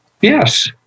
yes